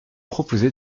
proposé